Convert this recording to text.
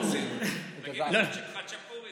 חצ'פורי.